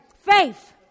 Faith